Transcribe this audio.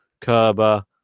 Kerber